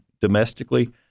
domestically